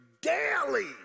daily